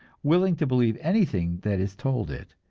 willing to believe anything that is told it,